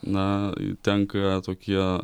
na tenka tokia